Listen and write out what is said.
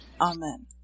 Amen